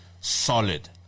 Solid